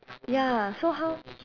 ya so how